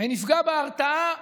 ונפגע בהרתעה